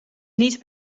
niet